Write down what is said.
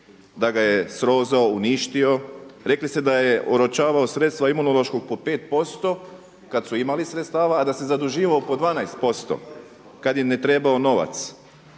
da ga je srozao, uništio. Rekli ste da je oročavao sredstva Imunološkog po 5% kada su imali sredstava, a da se zaduživao po 12% kada im je trebao novac.